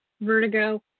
vertigo